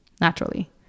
naturally